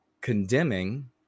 Condemning